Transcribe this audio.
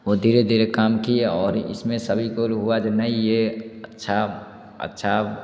वो धीरे धीरे काम किए और इसमें सभी हुआ जे नहीं ये अच्छा अच्छा